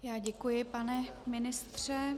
Já děkuji, pane ministře.